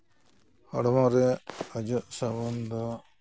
ᱦᱚᱲᱢᱚ ᱨᱮ ᱚᱡᱚᱜ ᱥᱟᱵᱚᱱ ᱫᱚ